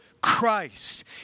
Christ